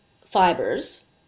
fibers